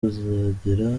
kuzagera